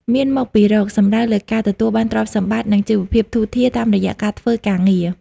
«មានមកពីរក» សំដៅលើការទទួលបានទ្រព្យសម្បត្តិ និងជីវភាពធូរធារតាមរយៈការធ្វើការងារ។